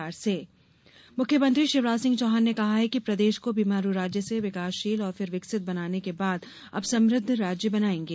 मुख्यमंत्री विजन मुख्यमंत्री शिवराज सिंह चौहान ने कहा है कि प्रदेश को बीमारू राज्य से विकासशील और फिर विकसित बनाने के बाद अब समृद्ध राज्य बनाएंगे